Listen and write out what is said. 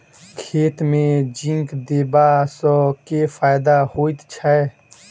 खेत मे जिंक देबा सँ केँ फायदा होइ छैय?